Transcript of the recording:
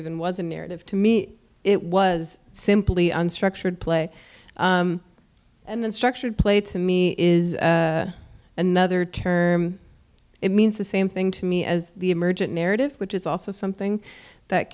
even was a narrative to me it was simply unstructured play and unstructured play to me is another term it means the same thing to me as the emergent narrative which is also something that